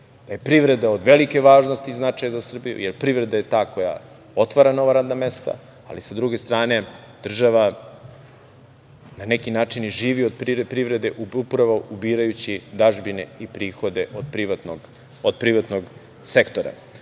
da je privreda od velike važnosti i značaja za Srbiju, jer privreda je ta koja otvara nova radna mesta, ali sa druge strane država na neki način i živi od privrede upravo ubirajući dažbine i prihode od privatnog